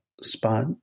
spot